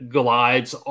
glides